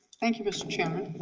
thank you, mr. chairman.